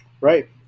Right